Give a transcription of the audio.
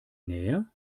nähe